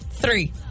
Three